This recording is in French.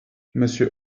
monsieur